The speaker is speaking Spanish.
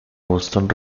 boston